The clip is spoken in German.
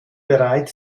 bereit